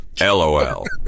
LOL